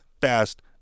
fast